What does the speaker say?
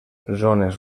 zones